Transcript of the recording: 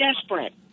desperate